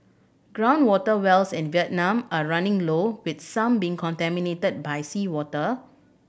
ground water wells in Vietnam are running low with some being contaminated by seawater